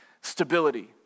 stability